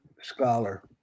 Scholar